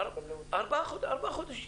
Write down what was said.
ארבעה חודשים.